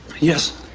yes.